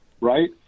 right